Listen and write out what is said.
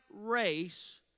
race